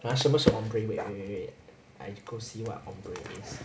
哦什么是 ombre wait wait wait I go see what ombre is